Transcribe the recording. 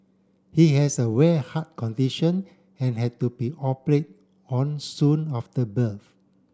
he has a rare heart condition and had to be operate on soon after birth